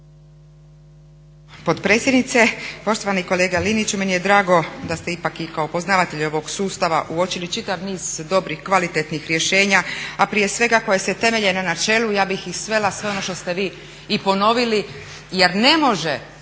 potpredsjednice. Poštovani kolega Liniću, meni je drago da ste ipak i kao poznavatelj ovog sustava uočili čitav niz dobrih, kvalitetnih rješenja, a prije svega koje se temelje na načelu, ja bi ih svela sve ono što ste vi i ponovili jer ne može